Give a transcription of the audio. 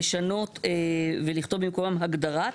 ולכתוב במקומן "הגדרת".